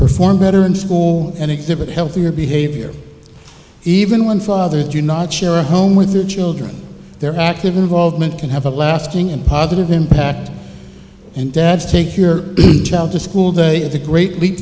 perform better in school and exhibit healthier behavior even when fathers do not share a home with their children their active involvement can have a lasting and positive impact and dads take your child to school day of the great